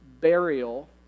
burial